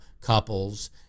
couples